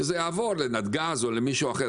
שזה יעבור למישהו אחר.